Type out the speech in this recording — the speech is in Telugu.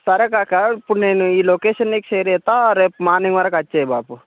సరే కాకా ఇప్పుడు నేను ఈ లొకేషన్ నీకు షేర్ చేస్తా రేపు మార్నింగ్ వరకొచ్చేయి బాపు